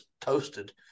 toasted